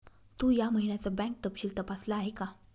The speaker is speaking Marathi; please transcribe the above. तू या महिन्याचं बँक तपशील तपासल आहे का?